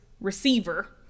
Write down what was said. receiver